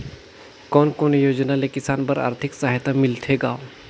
कोन कोन योजना ले किसान बर आरथिक सहायता मिलथे ग?